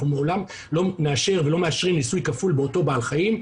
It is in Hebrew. אנחנו מעולם לא נאשר ולא מאשרים ניסוי כפול באותו בעל חיים,